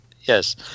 yes